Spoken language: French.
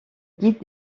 guide